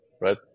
right